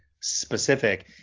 specific